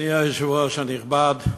אדוני היושב-ראש הנכבד,